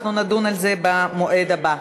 נדון על זה במועד הבא.